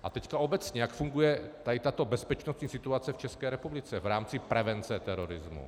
A teď obecně, jak funguje tato bezpečnostní situace v České republice v rámci prevence terorismu?